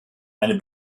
eine